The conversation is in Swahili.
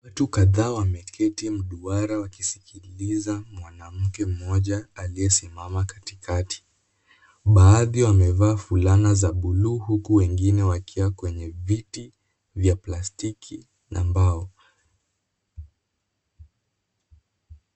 Watu kadhaa wameketi mduara wakisikiliza mwanamke mmoja aliyesimama katikati. Baadhi wamevaa fulana za bluu huku wengine wakiwa kwenye viti vya plastiki na mbao.